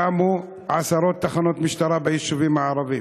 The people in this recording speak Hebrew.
קמו עשרות תחנות משטרה ביישובים הערביים,